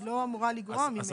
היא לא אמורה לגרוע ממנה.